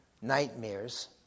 nightmares